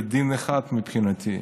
זה דין אחד, מבחינתי.